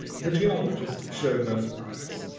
the geologist showed no surprise.